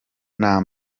nta